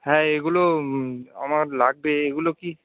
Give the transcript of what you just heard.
হ্যাঁ এগুলো আমার লাগবে এগুলো কি